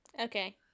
Okay